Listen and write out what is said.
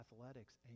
athletics